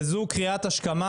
וזו קריאת השכמה,